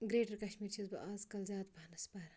Greater Kashmir چھس بہٕ اَزکَل زیادٕ پَہم پَران